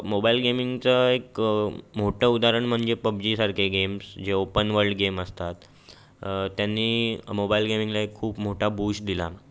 mobile गेमिंगचं एक मोठं उदाहरण म्हणजे पबजी सारखे गेम्स जे ओपन वर्ल्ड गेम असतात त्यांनी मोबाईल गेमिंगला एक खूप मोठा बूश दिला